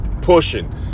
pushing